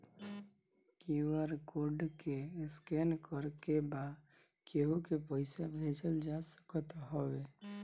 QR code के scan करके बा केहू के पईसा भेजल जा सकत हवे